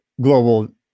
global